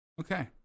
Okay